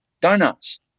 donuts